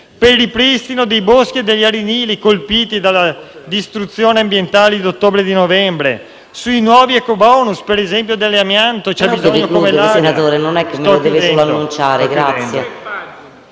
per il ripristino dei boschi e degli arenili colpiti dalla distruzione ambientale di ottobre e di novembre, sui nuovi ecobonus, per esempio per la